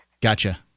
Gotcha